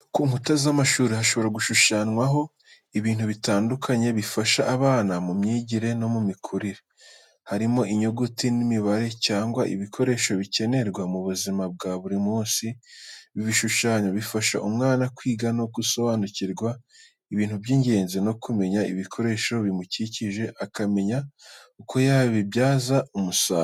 Ku nkuta z'amashuri hashobora gushushanywaho ibintu bitandukanye bifasha abana mu myigire no mu mikurire. Harimo, Inyuguti n'imibare cyangwa ibikoresho bikenerwa mu buzima bwa buri munsi. Ibi bishushanyo bifasha umwana kwiga no gusobanukirwa ibintu by'ingenzi no kumenya ibikoresho bimukikije akamenya uko yabibyaza umusaruro.